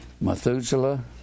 Methuselah